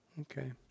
Okay